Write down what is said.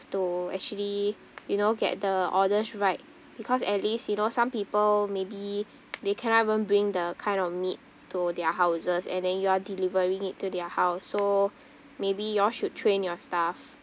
to actually you know get the orders right because at least you know some people maybe they cannot even bring the kind of meat to their houses and then you are delivering it to their house so maybe you all should train your staff